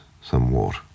somewhat